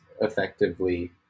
effectively